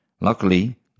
Luckily